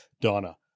donna